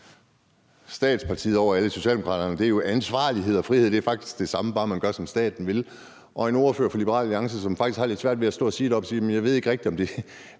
statspartiet over dem alle, Socialdemokraterne, er ansvarlighed og frihed jo faktisk det samme, bare man gør, som staten vil, og så er der en ordfører fra Liberal Alliance, som faktisk har lidt svært ved at stå at sige noget deroppe og siger: Jeg ved ikke rigtig, hvad det